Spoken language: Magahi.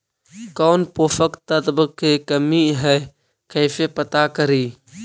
कौन पोषक तत्ब के कमी है कैसे पता करि?